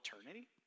eternity